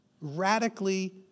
radically